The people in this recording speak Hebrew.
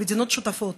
שהן מדינות שותפות,